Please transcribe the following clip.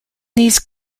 these